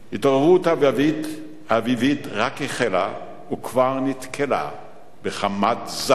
התעוררות אביבית רק החלה וכבר נתקלה בחמת זעם,